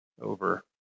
over